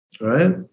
right